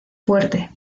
fuerte